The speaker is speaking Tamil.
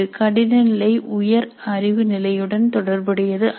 கடின நிலை உயர் அறிவு நிலையுடன் தொடர்புடையது அல்ல